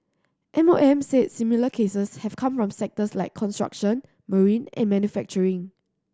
M O M said similar cases have come from sectors like construction marine and manufacturing